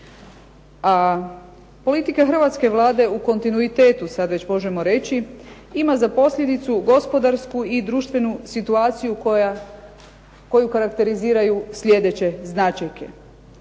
A politika hrvatske Vlade u kontinuitetu sad već možemo reći ima za posljedicu gospodarsku i društvenu situaciju koju karakteriziraju slijedeće značajke.